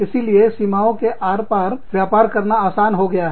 इसीलिए सीमाओं के आर पार व्यापार करना आसान हो गया है